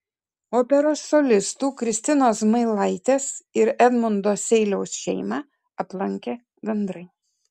operos solistų kristinos zmailaitės ir edmundo seiliaus šeimą aplankė gandrai